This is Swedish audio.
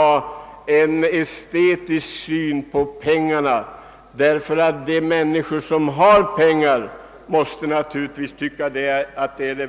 Men en estetisk syn på pengarna blir kanske det väsentliga för de människor som har mycket av dem. Det torde